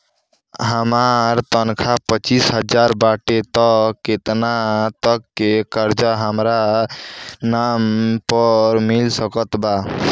हमार तनख़ाह पच्चिस हज़ार बाटे त केतना तक के कर्जा हमरा नाम पर मिल सकत बा?